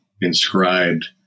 inscribed